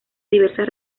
diversas